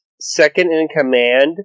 second-in-command